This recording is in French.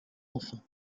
enfants